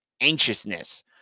anxiousness